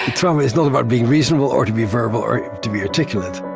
trauma is not about being reasonable or to be verbal or to be articulate